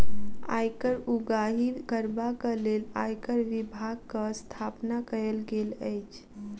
आयकर उगाही करबाक लेल आयकर विभागक स्थापना कयल गेल अछि